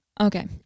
Okay